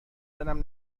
دلم